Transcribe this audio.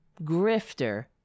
grifter